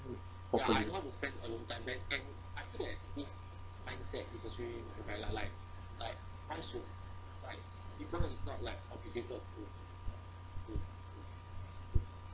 properly